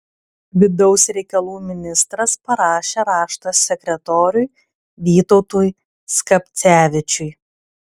vidaus reikalų ministras parašė raštą sekretoriui vytautui skapcevičiui